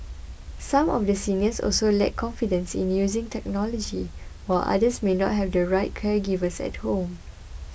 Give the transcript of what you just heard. some of the seniors also lack confidence in using technology while others may not have the right caregivers at home